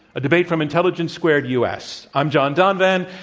a debate from intelligence squared u. s. i'm john donvan,